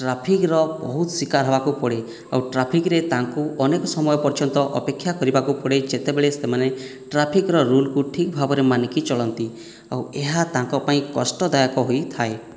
ଟ୍ରାଫିକ୍ର ବହୁତ ଶିକାର ହେବାକୁ ପଡ଼େ ଆଉ ଟ୍ରାଫିକ୍ରେ ତାଙ୍କୁ ଅନେକ ସମୟ ପର୍ଯ୍ୟନ୍ତ ଅପେକ୍ଷା କରିବାକୁ ପଡ଼େ ଯେତେବେଳେ ସେମାନେ ଟ୍ରାଫିକ୍ର ରୁଲ୍କୁ ଠିକ୍ ଭାବରେ ମାନିକି ଚଳନ୍ତି ଆଉ ଏହା ତାଙ୍କ ପାଇଁ କଷ୍ଟଦାୟକ ହୋଇଥାଏ